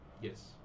Yes